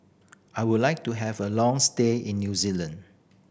I would like to have a long stay in New Zealand